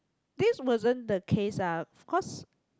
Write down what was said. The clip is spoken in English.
this wasn't the case ah cause